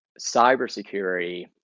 cybersecurity